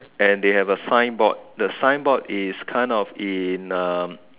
and they have a signboard the signboard is kind of in um